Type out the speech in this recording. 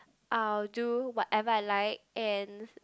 I'll do whatever I like and